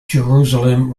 jerusalem